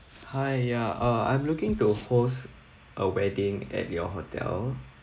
hi ya uh I'm looking to host a wedding at your hotel